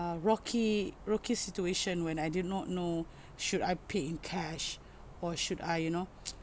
uh rocky rocky situation when I did not know should I pay in cash or should I you know